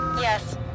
Yes